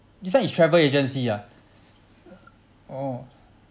this one is travel agency ah uh oh